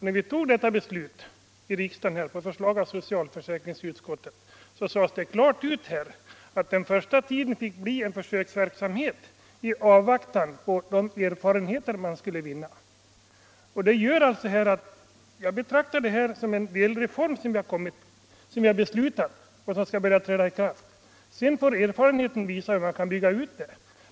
När vi fattade detta beslut i riksdagen, på förslag av socialförsäkrings — Vissa delpensionsutskottet, sades det klart ut att den första tiden fick bli en försöksverksamhet — frågor m.m. i avvaktan på de erfarenheter som man skulle vinna. Det gör att jag betraktar detta som en delreform som är beslutad och som skall träda i kraft. Sedan får erfarenheten visa hur man kan bygga ut den.